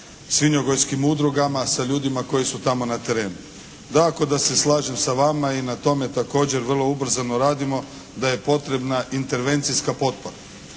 svinjogojskim udrugama, sa ljudima koji su tamo na terenu. Dakako da se slažem sa vama i na tome također vrlo ubrzano radimo da je potrebne intervencijska potpora.